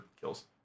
kills